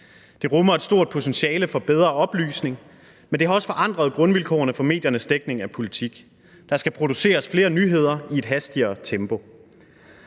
Det rummer et stort potentiale for bedre oplysning, men det har også forandret grundvilkårene fra mediernes dækning af politik. Der skal produceres flere nyheder i et hastigere tempo.